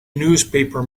newspaper